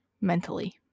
mentally